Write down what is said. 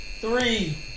Three